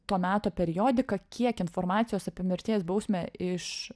to meto periodiką kiek informacijos apie mirties bausmę iš